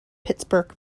pittsburgh